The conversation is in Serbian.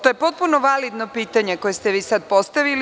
To je potpuno validno pitanje koje ste vi sada postavili.